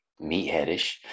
meatheadish